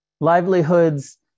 livelihoods